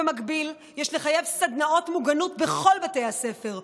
במקביל יש לחייב סדנאות מוגנות בכל בתי הספר,